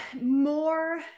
More